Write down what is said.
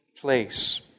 place